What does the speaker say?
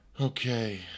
Okay